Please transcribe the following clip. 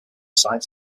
sites